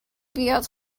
بیاد